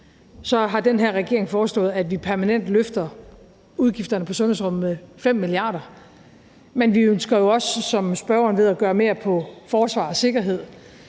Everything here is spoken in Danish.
har den her regering foreslået, at vi permanent løfter udgifterne på sundhedsområdet med 5 mia. kr., men vi ønsker jo også, som spørgeren ved, at gøre mere på forsvars- og sikkerhedsområdet.